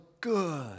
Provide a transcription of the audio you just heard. good